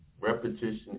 repetition